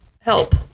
help